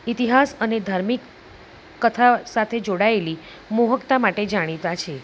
ઇતિહાસ અને ધાર્મિક કથા સાથે જોડાયેલી મોહકતા માટે જાણીતા છે